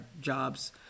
jobs